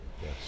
Yes